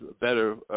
better